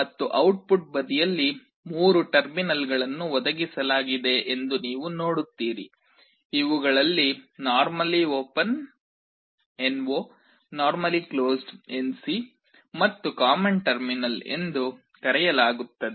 ಮತ್ತು ಔಟ್ಪುಟ್ ಬದಿಯಲ್ಲಿ ಮೂರು ಟರ್ಮಿನಲ್ಗಳನ್ನು ಒದಗಿಸಲಾಗಿದೆ ಎಂದು ನೀವು ನೋಡುತ್ತೀರಿ ಇವುಗಳನ್ನು ನಾರ್ಮಲ್ಲಿ ಓಪನ್ ನಾರ್ಮಲ್ಲಿ ಕ್ಲೋಸ್ಡ್ ಮತ್ತು ಕಾಮನ್ ಟರ್ಮಿನಲ್ ಎಂದು ಕರೆಯಲಾಗುತ್ತದೆ